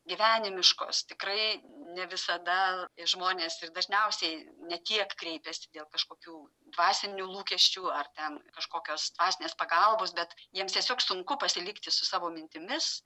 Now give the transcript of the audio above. gyvenimiškos tikrai ne visada žmonės ir dažniausiai ne tiek kreipiasi dėl kažkokių dvasinių lūkesčių ar ten kažkokios dvasinės pagalbos bet jiems tiesiog sunku pasilikti su savo mintimis